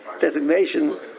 designation